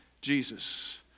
Jesus